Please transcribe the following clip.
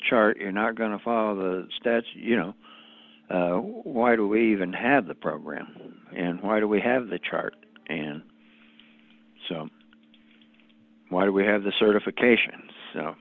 chart you're not going to follow the stats you know why do we even have the program and why do we have the chart and so why do we have the certification